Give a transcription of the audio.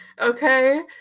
Okay